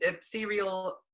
serial